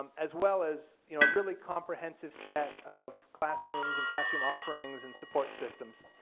um as well as you know really comprehensive set of classrooms and classroom offerings and support systems.